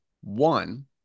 one